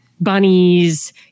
bunnies